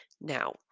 Now